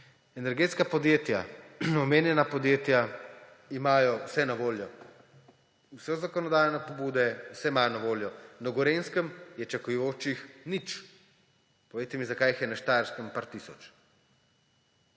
Energetska podjetja, omenjena podjetja, imajo vse na voljo, vse zakonodajne pobude, vse imajo na voljo. Na Gorenjskem je čakajočih nič. Povejte mi, zakaj jih je na Štajerskem par tisoč.